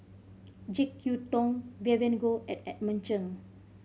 Jek Yeun Thong Vivien Goh and Edmund Cheng